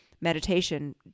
Meditation